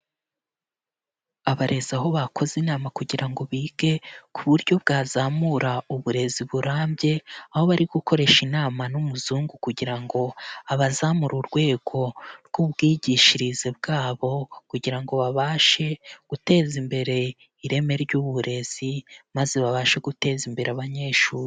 Abarezi aho bakoze inama kugira ngo bige ku buryo bwazamura uburezi burambye, aho bari gukoresha inama n'umuzungu kugira ngo abazamure urwego rw'ubwigishirize bwabo kugira ngo babashe guteza imbere ireme ry'uburezi, maze babashe guteza imbere abanyeshuri.